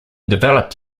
developed